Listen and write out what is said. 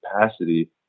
capacity